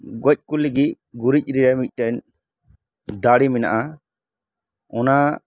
ᱜᱚᱡ ᱠᱚ ᱞᱟᱹᱜᱤᱫ ᱜᱩᱨᱤᱡ ᱨᱮ ᱢᱤᱫᱴᱮᱱ ᱫᱟᱲᱮ ᱢᱮᱱᱟᱜᱼᱟ ᱚᱱᱟ